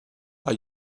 are